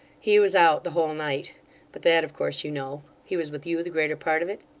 he was out the whole night but that of course you know. he was with you the greater part of it